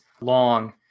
long